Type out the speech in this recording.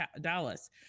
dallas